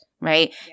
right